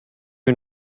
you